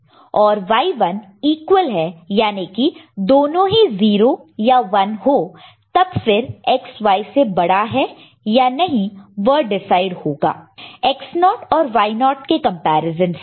तो जब X1 और Y1 ईक्वल है याने की दोनों ही 0 या 1 हो तब फिर X Y से बड़ा है या नहीं वह डिसाइड होगा X0 नॉट् naught और Y0 नॉट् naught के कंपैरिजन से